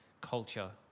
culture